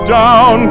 down